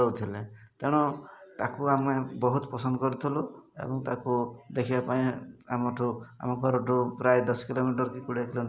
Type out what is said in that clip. driver ପଠାନ୍ତୁ କିନ୍ତୁ ତାକୁ କହିବେ ସାନିଟାଇଜର୍ ବ୍ୟବହାର କରିବ ମାସ୍କ ପିନ୍ଧିବ ଆଉ ସାମାଜିକ ଦୂରତା ଯେଉଁଟା ଆମର ଅଛି